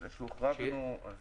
על זה שהוחרגנו אין ויכוח.